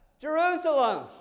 Jerusalem